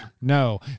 No